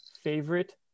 favorite